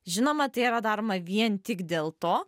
žinoma tai yra daroma vien tik dėl to